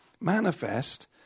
manifest